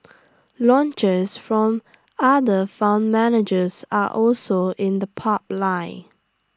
launches from other fund managers are also in the pup line